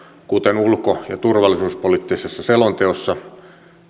kuten ulko ja turvallisuuspoliittisessa selonteossa